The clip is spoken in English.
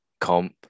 comp